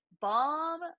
bomb